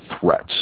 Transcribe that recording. threats